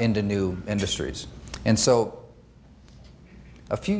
indian new industries and so a few